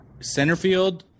centerfield